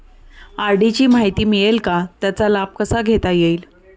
RD ची माहिती मिळेल का, त्याचा लाभ कसा घेता येईल?